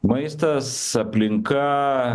maistas aplinka